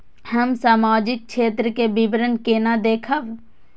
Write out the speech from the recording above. हम सामाजिक क्षेत्र के विवरण केना देखब?